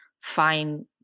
find